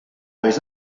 vés